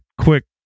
quick